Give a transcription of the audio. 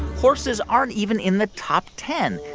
horses aren't even in the top ten.